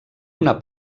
una